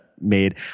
made